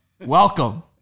Welcome